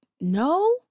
no